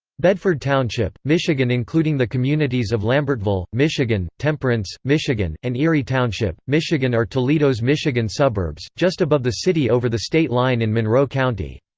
bedford township, michigan including the communities of lambertville, michigan, temperance, michigan, and erie township, michigan are toledo's michigan suburbs, just above the city over the state line in monroe county.